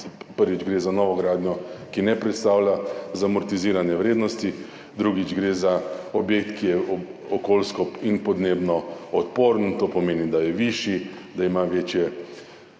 prvič, gre za novogradnjo, ki ne predstavlja zamortizirane vrednosti, drugič, gre za objekt, ki je okoljsko in podnebno odporen, to pomeni, da je višji, da ima večje